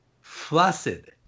flaccid